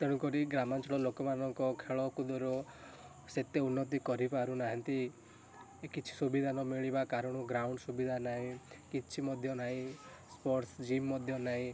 ତେଣୁକରି ଗ୍ରାମାଞ୍ଚଳ ଲୋକମାନଙ୍କ ଖେଳକୁଦର ସେତେ ଉନ୍ନତି କରିପାରୁନାହାନ୍ତି କିଛି କିଛି ସୁବିଧା ନମିଳିବା କାରଣରୁ ଗ୍ରାଉଣ୍ଡ ସୁବିଧା ନାହିଁ କିଛି ମଧ୍ୟ ନାହିଁ ସ୍ପୋର୍ଟ୍ସ୍ ଜିମ୍ ମଧ୍ୟ ନାହିଁ